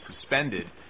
suspended